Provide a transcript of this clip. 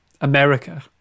America